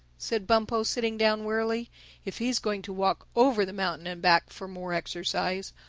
said bumpo sitting down wearily if he is going to walk over the mountain and back, for more exercise,